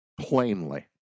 plainly